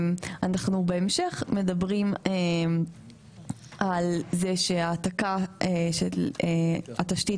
בהמשך אנחנו מדברים על זה שהעתקה של התשתית